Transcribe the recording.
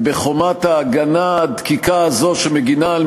חברת הכנסת זהבה גלאון, באמת